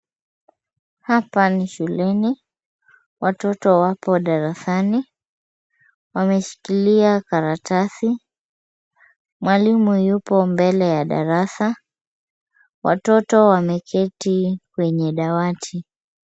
Hapa ni shuleni. Watoto wako darasani. Wameshikilia karatasi. Mwalimu yuko mbele ya darasa. Watoto wameketi kwenye dawati.